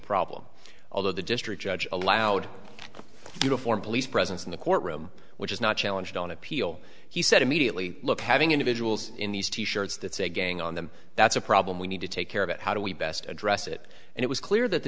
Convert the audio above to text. problem although the district judge allowed uniformed police presence in the courtroom which is not challenged on appeal he said immediately look having individuals in these t shirts that say gang on them that's a problem we need to take care of it how do we best address it and it was clear that the